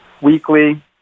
weekly